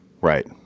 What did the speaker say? Right